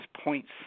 points